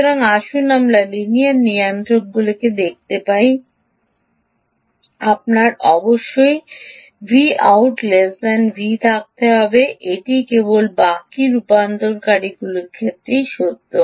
সুতরাং আসুন আমরা লিনিয়ার নিয়ামকগুলি দেখতে পাই আপনার অবশ্যই Vout V¿ থাকতে হবে এটি কেবল বাকী রূপান্তরকারীদের ক্ষেত্রেই সত্য